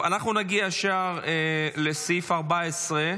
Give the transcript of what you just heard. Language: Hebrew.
אנחנו נגיע ישר לסעיף 14,